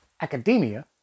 academia